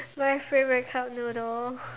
my favourite cup noodle